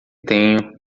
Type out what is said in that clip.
tenho